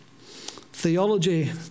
Theology